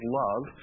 love